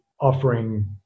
offering